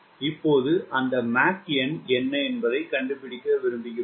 இப்போது அந்த மாக் எண் என்ன என்பதைக் கண்டுபிடிக்க விரும்புகிறோம்